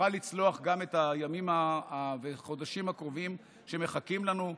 ונוכל לצלוח גם את הימים והחודשים הקרובים שמחכים לנו,